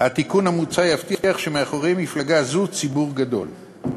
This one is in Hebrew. התיקון המוצע יבטיח שמאחורי מפלגה זו ציבור גדול.